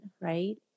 Right